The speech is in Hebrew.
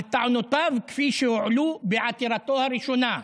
על טענותיו כפי שהועלו בעתירתו הראשונה.